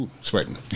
sweating